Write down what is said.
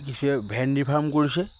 কিছুৱে ভেন্দি ফাৰ্ম কৰিছে